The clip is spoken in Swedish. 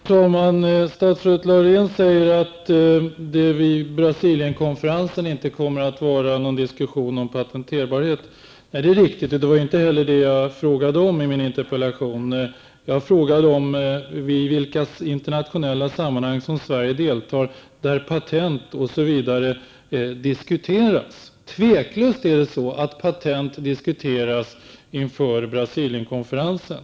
Herr talman! Statsrådet Laurén säger att det vid Brasilienkonferensen inte kommer att bli någon diskussion om patenterbarhet. Det är riktigt, men det var inte heller det som jag frågade om i min interpellation. Jag frågade om i vilka internationella sammanhang som Sverige deltar där patent m.m. diskuteras. Otvivelaktigt diskuteras patent inför Brasilienkonferensen.